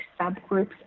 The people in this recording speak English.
subgroups